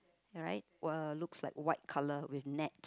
right were looks like white colour with net